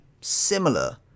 similar